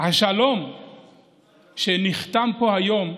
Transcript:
השלום שנחתם פה היום,